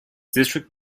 district